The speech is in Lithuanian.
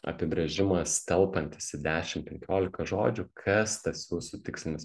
apibrėžimas telpantis į dešim penkiolika žodžių kas tas jūsų tikslinis